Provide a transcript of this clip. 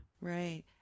right